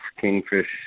kingfish